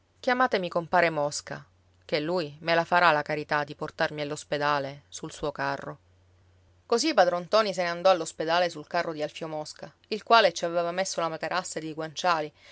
chiamatemi compare mosca che lui me la farà la carità di portarmi all'ospedale sul suo carro così padron ntoni se ne andò all'ospedale sul carro di alfio mosca il quale ci aveva messo la materassa ed i guanciali